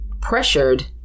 pressured